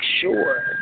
sure